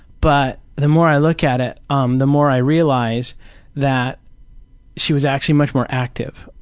but the more i look at it, um the more i realize that she was actually much more active.